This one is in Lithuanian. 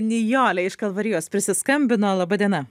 nijolė iš kalvarijos prisiskambino laba diena